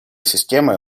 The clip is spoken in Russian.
системы